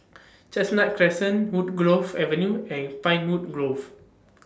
Chestnut Crescent Woodgrove Avenue and Pinewood Grove